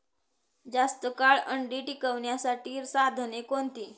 जास्त काळ अंडी टिकवण्यासाठी साधने कोणती?